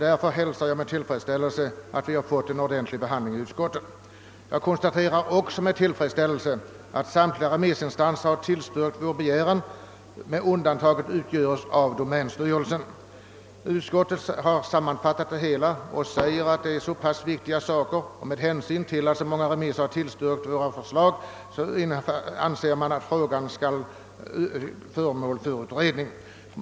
Därför hälsar jag med tillfredsställelse, att motionerna har fått en välvillig behandling i utskottet. Jag konstaterar också med tillfredsställelse, att samtliga remissinstanser med undantag av domänstyrelsen har tillstyrkt vår begäran. I sin sammanfattning förklarar utskottet att det gäller viktiga saker, och med hänsyn till att så många remissinstanser har tillstyrkt motionärernas förslag anser utskottet att frågan skall bli föremål för utredning.